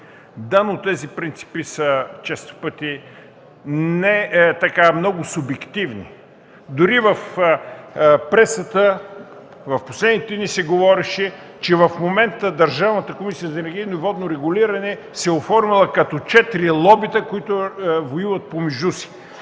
1. Тези принципи често пъти са много субективни. Дори в пресата през последните дни се говореше, че в момента Държавната комисия по енергийно и водно регулиране се е оформила като четири лобита, воюващи помежду си.